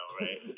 right